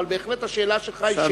אבל בהחלט השאלה שלך היא מערכתית.